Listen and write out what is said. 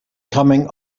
coming